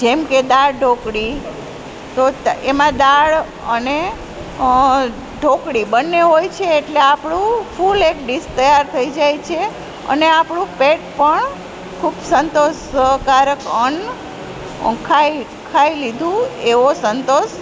જેમકે દાળ ઢોકળી તો એમાં દાળ અને ઢોકળી બંને હોય છે એટલે આપણું ફૂલ એક ડિસ તૈયાર થઈ જાય છે અને આપણું પેટ પણ ખૂબ સંતોષ કારક અન્ન ખાઈ લીધું એવો સંતોષ